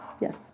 yes